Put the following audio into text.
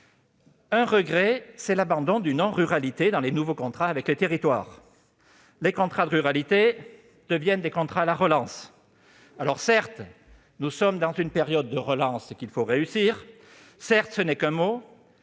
Mon regret concerne l'abandon du nom « ruralité » dans les nouveaux contrats avec les territoires. Les contrats de ruralité deviennent des contrats à la relance ! Certes, nous sommes dans une période de relance qu'il nous faut réussir, et tout cela n'est affaire